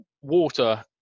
water